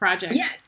Yes